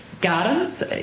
gardens